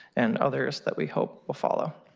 and others that we hope will follow.